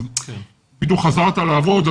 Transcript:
בדיוק חזרת לעבוד,